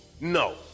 No